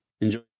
Enjoy